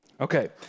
Okay